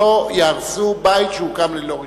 לא יהרסו בית שהוקם ללא רשיון.